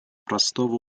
простого